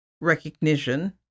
recognition